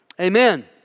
Amen